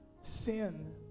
sin